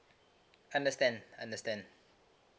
understand understand